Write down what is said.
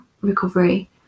recovery